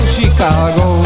Chicago